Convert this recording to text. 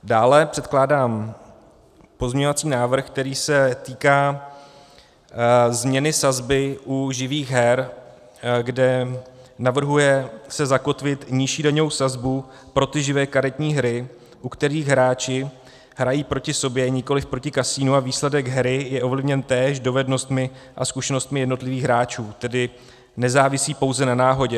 Dále předkládám pozměňovací návrh, který se týká změny sazby u živých her, kde se navrhuje zakotvit nižší daňovou sazbu pro ty živé karetní hry, u kterých hráči hrají proti sobě, nikoliv proti kasinu, a výsledek hry je ovlivněn též dovednostmi a zkušenostmi jednotlivých hráčů, tedy nezávisí pouze na náhodě.